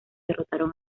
derrotaron